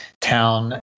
town